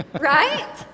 Right